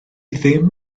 ddim